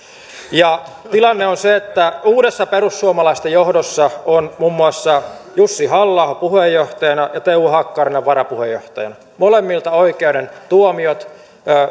tilanne on se että uudessa perussuomalaisten johdossa on muun muassa jussi halla aho puheenjohtajana ja teuvo hakkarainen varapuheenjohtajana molemmilla oikeuden tuomiot